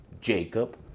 Jacob